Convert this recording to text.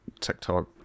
TikTok